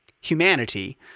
humanity—